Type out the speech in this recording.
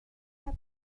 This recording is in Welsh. heb